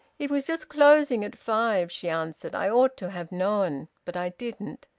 it was just closing at five, she answered. i ought to have known. but i didn't.